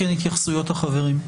לאחר מכן התייחסויות החברים.